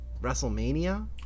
Wrestlemania